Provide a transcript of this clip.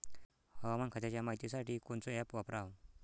हवामान खात्याच्या मायतीसाठी कोनचं ॲप वापराव?